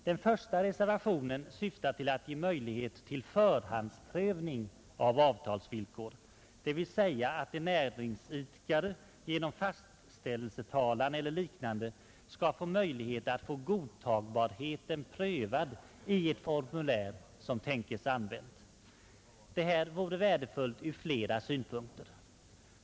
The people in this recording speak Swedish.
Den första reservationen syftar till att ge möjlighet till förhandsprövning av avtalsvillkor, dvs. att en näringsidkare genom fastställelsetalan eller liknande skall ha möjlighet att få godtagbarheten prövad i ett formulär som tänkes använt. Detta vore värdefullt från flera synpunkter.